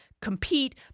compete